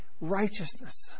Righteousness